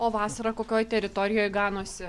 o vasarą kokioje teritorijoj ganosi